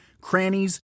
crannies